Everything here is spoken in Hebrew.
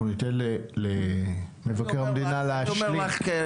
אנחנו ניתן למבקר המדינה להשלים.